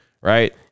Right